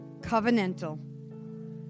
covenantal